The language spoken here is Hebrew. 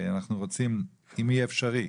אנחנו רוצים אם זה יהיה אפשרי,